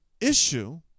issue